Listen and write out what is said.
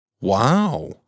wow